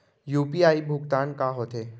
UPI भुगतान का होथे?